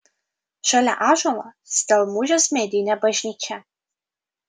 šalia ąžuolo stelmužės medinė bažnyčia